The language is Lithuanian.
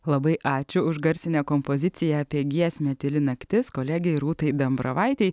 labai ačiū už garsinę kompoziciją apie giesmę tyli naktis kolegei rūtai dambravaitei